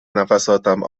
نفساتم